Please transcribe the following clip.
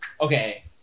okay